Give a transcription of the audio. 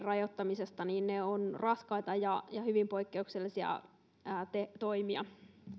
rajoittamisesta ne ovat raskaita ja hyvin poikkeuksellisia toimia